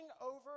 over